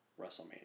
WrestleMania